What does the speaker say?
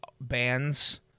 bands